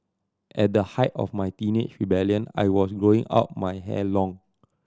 at the height of my teenage rebellion I was growing out my hair long